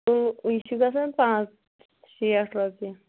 کُلوٗ کُلۍ چھِ گژھان پانٛژھ شیٚٹھ رۄپیہِ